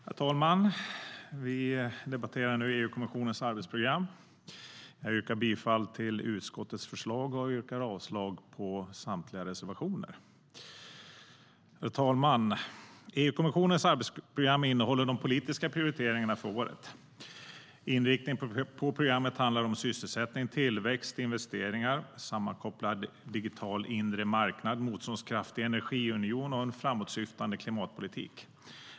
Herr talman! Vi debatterar nu EU-kommissionens arbetsprogram. Jag yrkar bifall till utskottets förslag och yrkar avslag på samtliga reservationer. Herr talman! EU-kommissionens arbetsprogram innehåller de politiska prioriteringarna för året. Inriktningen på programmet handlar om sysselsättning, tillväxt, investeringar, en sammankopplad digital inre marknad, en motståndskraftig energiunion och en framåtsyftande klimatpolitik.